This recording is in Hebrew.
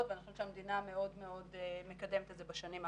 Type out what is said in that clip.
ואני חושבת שהמדינה מאוד מקדמת את זה בשנים האחרונות.